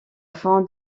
fin